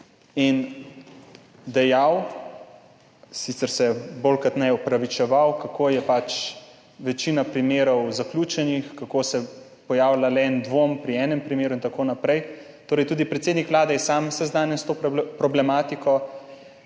sicer se je bolj kot ne opravičeval, kako je pač večina primerov zaključenih, kako se pojavlja le dvom pri enem primeru in tako naprej. Torej, tudi predsednik Vlade je sam seznanjen s to problematiko.